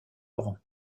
laurent